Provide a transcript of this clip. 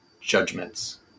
judgments